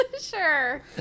Sure